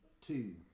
two